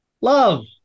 love